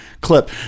clip